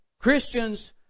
Christians